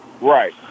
Right